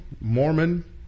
Mormon